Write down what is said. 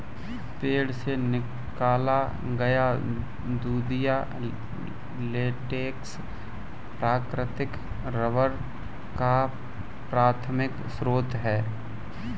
पेड़ से निकाला गया दूधिया लेटेक्स प्राकृतिक रबर का प्राथमिक स्रोत है